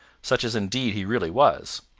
such as indeed he really was.